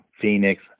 Phoenix